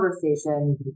conversation